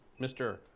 Mr